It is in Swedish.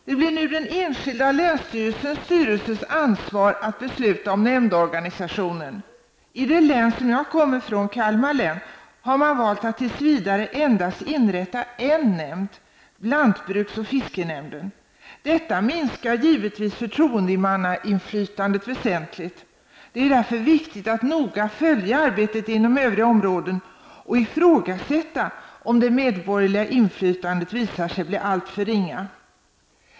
Det blir nu den enskilda länsstyrelsens styrelses ansvar att besluta om nämndorganisationen. I det län som jag kommer från, Kalmar län, har man valt att tills vidare inrätta endast en nämnd: lantbruksoch fiskenämnden. Detta minskar givetvis förtroendemannainflytandet väsentligt. Det är därför viktigt att noga följa arbetet inom övriga områden och ifrågasätta, om det medborgerliga inflytandet visar sig bli alltför ringa.